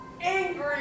angry